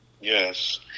Yes